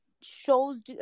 shows